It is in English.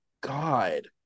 god